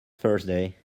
thursday